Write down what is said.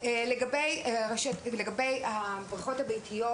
לגבי הבריכות הביתיות